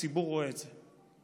הציבור רואה את זה.